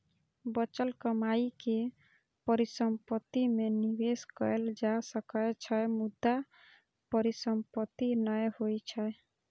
बचल कमाइ के परिसंपत्ति मे निवेश कैल जा सकै छै, मुदा परिसंपत्ति नै होइ छै